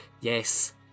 Yes